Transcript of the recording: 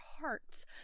hearts